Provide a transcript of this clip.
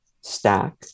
stack